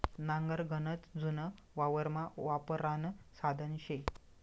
नांगर गनच जुनं वावरमा वापरानं साधन शे